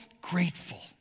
grateful